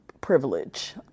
privilege